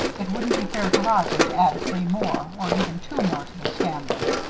it wouldn't be fair to roger to add three more or even two more to this family.